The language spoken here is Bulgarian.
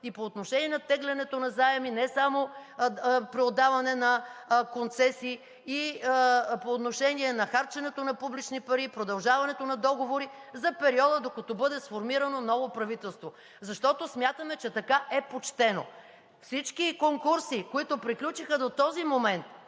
и по отношение на тегленето на заеми, не само преотдаване на концесии, и по отношение на харченето на публични пари и продължаването на договори за периода, докато бъде сформирано ново правителство, защото смятаме, че така е почтено. Всички конкурси, които приключиха до този момент